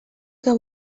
que